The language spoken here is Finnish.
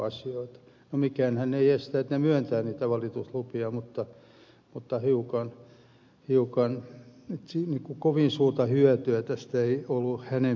no mikäänhän ei estä että he myöntävät niitä valituslupia mutta kovin suurta hyötyä tästä laista ei ollut hänen mielestään